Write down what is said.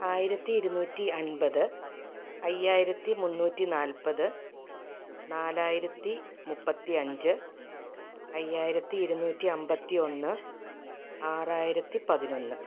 ആയിരത്തി ഇരുന്നൂറ്റി അൻപത് അയ്യായിരത്തി മുന്നൂറ്റി നാൽപ്പത് നാലായിരത്തി മുപ്പത്തി അഞ്ച് അയ്യായിത്തി ഇരുന്നൂറ്റി അമ്പത്തിയൊന്ന് ആറായിരത്തി പതിനൊന്ന്